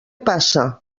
passa